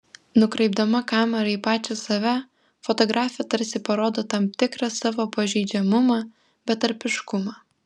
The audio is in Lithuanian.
nukreipdama kamerą į pačią save fotografė tarsi parodo tam tikrą savo pažeidžiamumą betarpiškumą